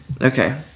Okay